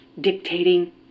dictating